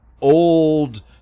old